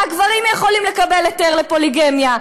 רק גברים יכולים לקבל היתר לפוליגמיה.